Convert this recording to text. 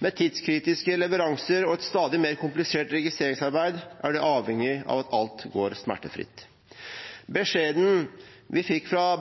Med tidskritiske leveranser og et stadig mer komplisert registreringsarbeid er de avhengige av at alt går smertefritt. Beskjeden vi fikk fra